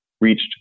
reached